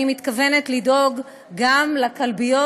אני מתכוונת לדאוג גם לכלביות.